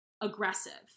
aggressive